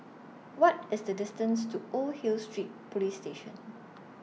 What IS The distance to Old Hill Street Police Station